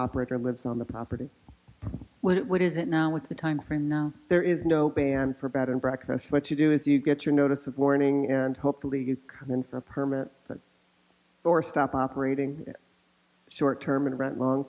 operator lives on the property when what is it now with the time frame now there is no ban for bed and breakfast but you do if you get your notice of warning and hopefully you and so permit or stop operating short term and rent long